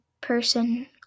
person